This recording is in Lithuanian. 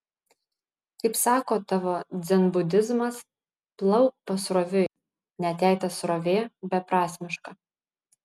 kaip sako tavo dzenbudizmas plauk pasroviui net jei ta srovė beprasmiška